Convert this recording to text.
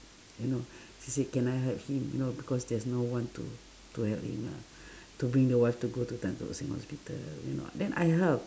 you know say can I help him you know because there's no one to to help him lah to bring the wife to go to tan-tock-seng hospital you know then I help